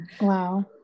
wow